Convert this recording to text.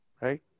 right